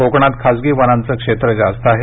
कोकणात खासगी वनांचं क्षेत्र जास्त आहे